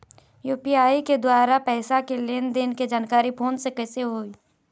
UPI के द्वारा पैसा के लेन देन के जानकारी फोन से कइसे होही?